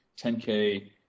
10K